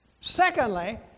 Secondly